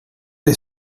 dig